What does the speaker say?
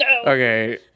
Okay